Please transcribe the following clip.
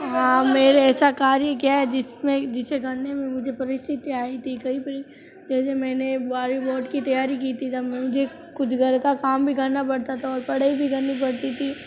हाँ मैंने ऐसा कार्य किया है जिस में जिसे करने में मुझे परिस्थिति आई थीं कहीं पर जैसे मैंने एक बारवीं बोर्ड की तैयारी की थी तब मुझे कुछ घर का काम भी करना पड़ता था और पढ़ाई भी करनी पड़ती थी